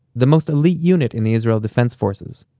the most elite unit in the israel defense forces,